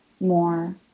more